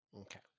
Okay